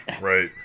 Right